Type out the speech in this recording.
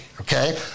okay